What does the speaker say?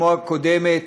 כמו הקודמת,